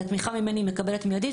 את התמיכה ממני היא מקבלת מיידית,